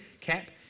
CAP